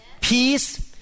peace